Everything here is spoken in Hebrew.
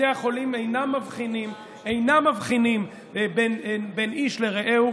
בתי החולים אינם מבחינים בין איש לרעהו.